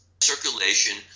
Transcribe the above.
circulation